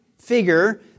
figure